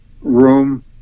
room